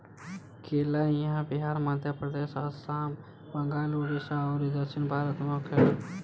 केला इहां बिहार, मध्यप्रदेश, आसाम, बंगाल, उड़ीसा अउरी दक्षिण भारत में होखेला